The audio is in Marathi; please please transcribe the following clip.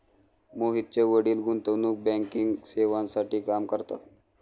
मोहितचे वडील गुंतवणूक बँकिंग सेवांसाठी काम करतात